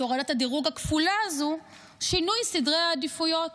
הורדת הדירוג הכפולה הזו הוא שינוי סדרי העדיפויות.